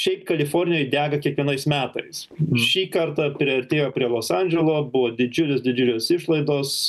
šiaip kalifornijoj dega kiekvienais metais šį kartą priartėjo prie los andželo buvo didžiulis didelius išlaidos